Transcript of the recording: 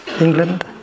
England